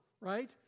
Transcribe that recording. right